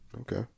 Okay